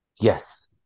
Yes